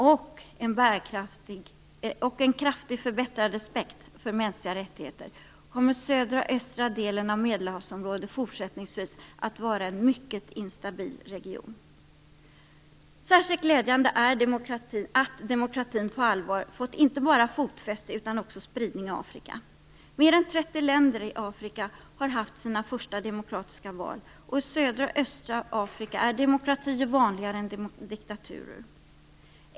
Sker inte en demokratisk utveckling och en kraftigt förbättrad respekt för mänskliga rättigheter kommer södra och östra delen av Medelhavsområdet fortsättningsvis att vara en mycket instabil region. Särskilt glädjande är det att demokratin inte bara fått fotfäste utan också spridning i Afrika. Mer än 30 länder i Afrika har haft sina första demokratiska val, och i södra och östra Afrika är demokratier vanligare än diktaturer.